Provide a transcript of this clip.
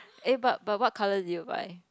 eh but but what colour did you buy